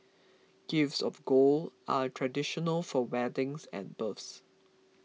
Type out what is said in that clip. gifts of gold are traditional for weddings and births